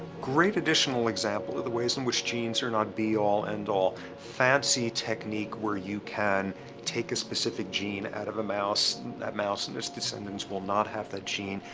great additional example of the ways in which genes are not be all end all. a fancy technique where you can take a specific gene out of a mouse, that mouse and its descendants will not have that gene.